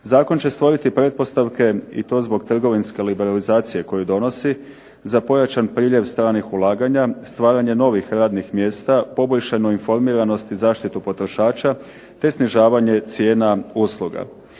Zakon će stvoriti pretpostavke, i to zbog trgovinske liberalizacije koju donosi, za pojačan priljev stranih ulaganja, stvaranje novih radnih mjesta, poboljšanu informiranost i zaštitu potrošača, te snižavanje cijena usluga.